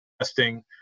testing